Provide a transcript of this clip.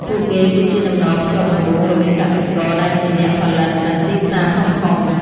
ពួកគេគឺជាតំណភ្ជាប់ដំបូងរវាង កសិករ ដែលជា អ្នកផលិត និង ទីផ្សារធំៗ។